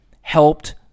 helped